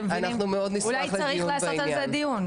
אולי צריך לעשות על זה דיון,